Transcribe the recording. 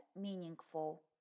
meaningful